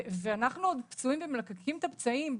כשאנחנו עוד פצועים ומלקקים את הפצעים.